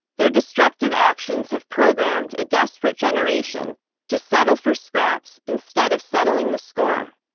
their destructive actions have programmed a desperate generation to settle for scraps instead of settling the score.